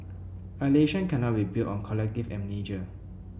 a nation cannot be built on collective amnesia